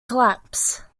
collapse